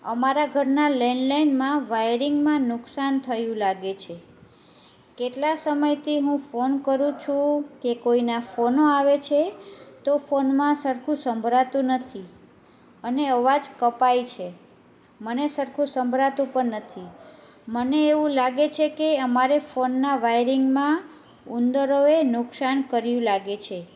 અમારા ઘરના લેન્ડ લાઈનમાં વાયરિંગમાં નુકસાન થયું લાગે છે કેટલા સમયથી હું ફોન કરું છું કે કોઈના ફોનો આવે છે તો ફોનમાં સરખું સંભળાતું નથી અને અવાજ કપાય છે મને સરખું સંભળાતું પણ નથી મને એવું લાગે છે કે અમારે ફોનના વાયરિંગમાં ઊંદરોએ નુકસાન કર્યું લાગે છે